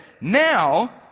Now